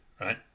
right